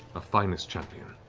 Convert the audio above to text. ah finest champion.